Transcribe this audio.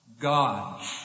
God